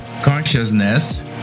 consciousness